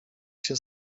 się